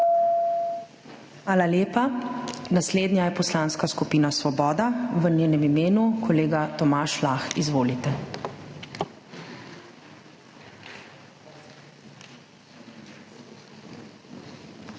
Hvala lepa. Naslednja je Poslanska skupina Svoboda, v njenem imenu kolega Tomaž Lah. Izvolite. TOMAŽ LAH